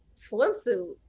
swimsuit